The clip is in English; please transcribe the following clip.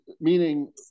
meaning